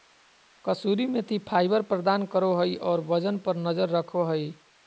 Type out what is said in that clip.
कसूरी मेथी फाइबर प्रदान करो हइ और वजन पर नजर रखो हइ